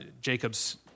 Jacob's